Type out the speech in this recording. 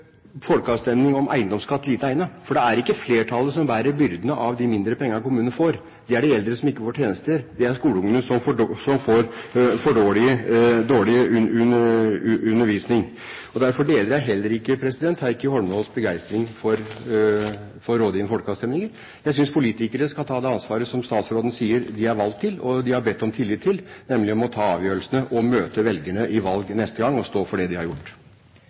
folkeavstemning om eiendomsskatt lite egnet, for det er ikke flertallet som bærer byrdene ved at kommunene får mindre penger. Det er de eldre som ikke får tjenester, det er skoleungene som får for dårlig undervisning. Derfor deler jeg heller ikke Heikki Holmås' begeistring for rådgivende folkeavstemninger. Jeg synes politikere skal ta det ansvaret som statsråden sier de er valgt til og har bedt om tillit til, nemlig å ta avgjørelsene og møte velgerne i valg neste gang og stå for det de har gjort.